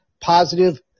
positive